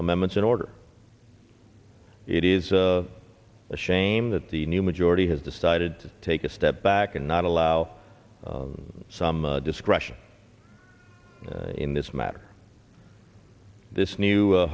amendments in order it is a shame that the new majority has decided to take a step back and not allow some discretion in this matter this new